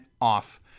off